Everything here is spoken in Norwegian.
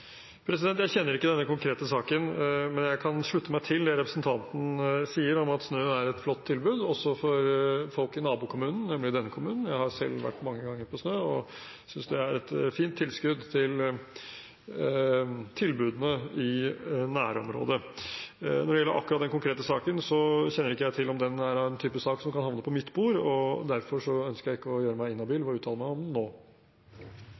Jeg kjenner ikke til denne konkrete saken, men jeg kan slutte meg til det representanten sier om at SNØ er et flott tilbud, også for folk i nabokommunen, nemlig denne kommunen. Jeg har selv vært mange ganger på SNØ og synes det er et fint tilskudd til tilbudene i nærområdet. Når det gjelder akkurat den konkrete saken, kjenner jeg ikke til om det er en type sak som kan havne på mitt bord, og derfor ønsker jeg ikke å gjøre meg inhabil og uttale meg om den nå.